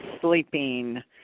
sleeping